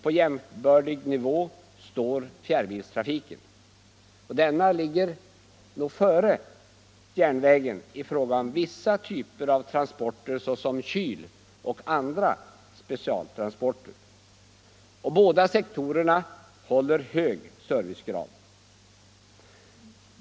På jämbördig nivå befinner sig fjärrbilstrafiken. Denna ligger nog före järnvägen i fråga om vissa typer av transporter såsom kyltransporter och andra specialtransporter. Båda sektorerna håller hög servicegrad.